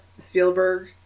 spielberg